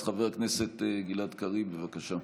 אז חבר הכנסת גלעד קריב, בבקשה,